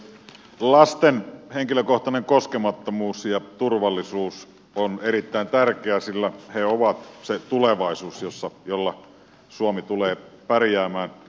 lasten henkilökohtainen koskemattomuus ja turvallisuus ovat erittäin tärkeitä sillä he ovat se tulevaisuus jolla suomi tulee pärjäämään